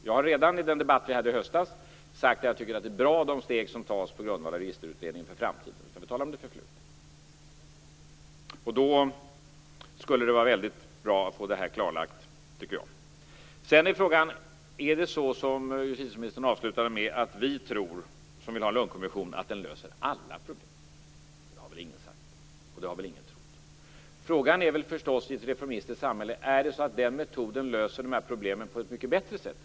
Jag har redan i den debatt vi hade i höstas sagt att jag tycker att de steg som tas för framtiden på grund av Registerutredningen är bra. Nu skall vi tala om det förflutna. Då tycker jag det skulle vara väldigt bra att få detta klarlagt. Är det så, som justitieministern avslutade med att säga, att vi som vill ha en Lundkommission tror att den löser alla problem? Det har väl ingen sagt, och det har väl ingen trott. Frågan är i ett reformistiskt samhälle: Är det så att den metoden löser dessa problem på ett mycket bättre sätt?